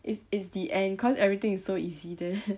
it is the end cause everything is so easy there